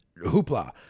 hoopla